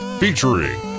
featuring